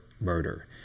murder